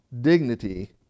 Dignity